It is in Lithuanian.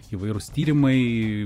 įvairūs tyrimai